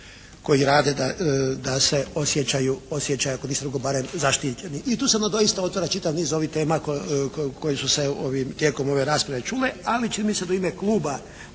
koji rade da se osjećaju ako ništa drugo onda barem zaštićeni. I tu se onda doista otvara čitav niz ovih tema koji su se tijekom ove rasprave čule, ali čini mi se da u ime kluba